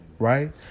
Right